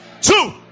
Two